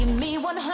me one